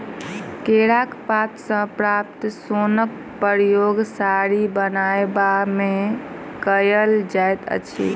केराक पात सॅ प्राप्त सोनक उपयोग साड़ी बनयबा मे कयल जाइत अछि